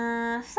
uh some